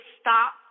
stop